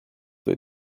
they